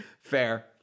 Fair